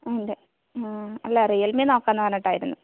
മ് അതെ അല്ല റിയൽമി നോക്കാന്ന് പറഞ്ഞിട്ടായിരുന്നു